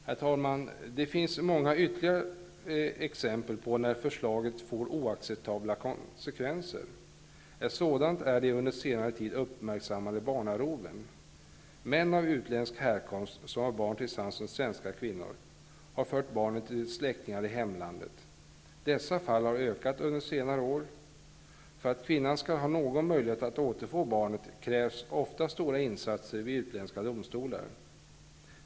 Herr talman! Det finns ytterligare många exempel på när förslaget får oacceptala konsekvenser. Ett sådant är de under senare tid uppmärksammade barnaroven. Män av utländsk härkomst, som har barn tillsammans med svenska kvinnor, har fört barnen till släktingar i hemlandet. Dessa fall har ökat under senare år. För att kvinnan skall ha någon möjlighet att återfå barnet krävs ofta stora insatser vid utländska domstolar.